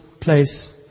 place